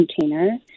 container